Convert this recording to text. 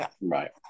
Right